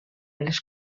les